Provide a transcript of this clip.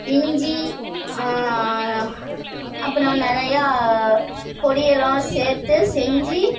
இஞ்சி அப்புறம் நிறையா பொடியெல்லாம் சேர்த்து செஞ்சி